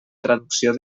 traducció